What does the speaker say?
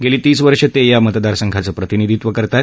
गेली तीस वर्ष ते या मतदार संघाचं प्रतिनिधीत्व करत आहेत